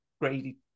Grady